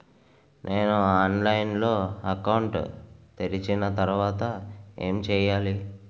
నేను ఆన్లైన్ లో అకౌంట్ తెరిచిన తర్వాత ఏం చేయాలి?